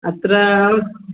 अत्राहं